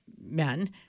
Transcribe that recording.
men